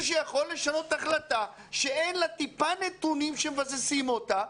שיכול לשנות החלטה שאין לה טיפה נתונים שמבססים אותה.